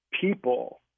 people